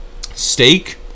steak